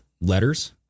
letters